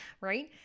right